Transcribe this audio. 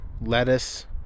lettuce